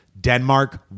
Denmark